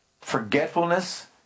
Forgetfulness